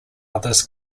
others